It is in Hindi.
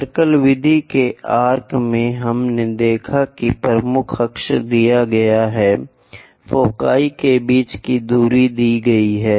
सर्कल विधि के आर्क में हमने देखा है कि प्रमुख अक्ष दिया गया है फोकी के बीच की दूरी दी गई है